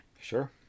Sure